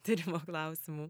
tyrimo klausimų